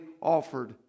offered